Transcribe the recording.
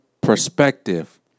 perspective